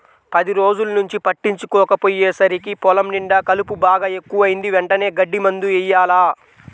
పది రోజుల్నుంచి పట్టించుకోకపొయ్యేసరికి పొలం నిండా కలుపు బాగా ఎక్కువైంది, వెంటనే గడ్డి మందు యెయ్యాల